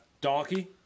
donkey